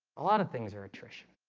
a lot of things are attrition.